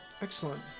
excellent